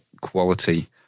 quality